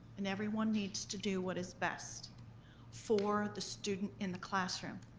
and everyone needs to do what is best for the student in the classroom.